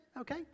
Okay